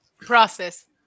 process